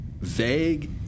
Vague